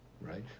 right